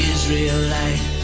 Israelite